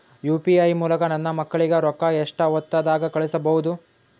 UPI ಮೂಲಕ ನನ್ನ ಮಕ್ಕಳಿಗ ರೊಕ್ಕ ಎಷ್ಟ ಹೊತ್ತದಾಗ ಕಳಸಬಹುದು?